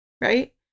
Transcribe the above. right